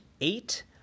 eight